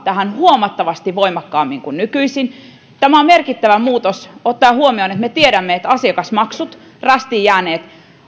tähän huomattavasti voimakkaammin kuin nykyisin tämä on merkittävä muutos ottaen huomioon että me tiedämme että rästiin jääneet